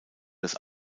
das